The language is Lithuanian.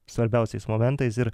svarbiausiais momentais ir